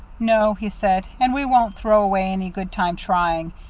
no, he said, and we won't throw away any good time trying.